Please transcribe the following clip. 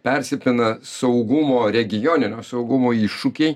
persipina saugumo regioninio saugumo iššūkiai